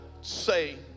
say